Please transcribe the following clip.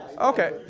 Okay